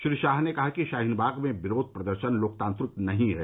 श्री शाह ने कहा कि शाहीनबाग में विरोध प्रदर्शन लोकतांत्रिक नहीं है